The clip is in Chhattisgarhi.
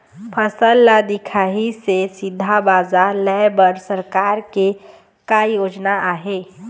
फसल ला दिखाही से सीधा बजार लेय बर सरकार के का योजना आहे?